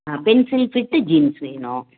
ஆ pencil fit jeans வேணும்